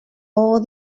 all